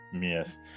Yes